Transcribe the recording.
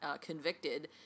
convicted